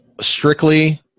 Strictly